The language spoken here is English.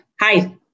Hi